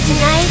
Tonight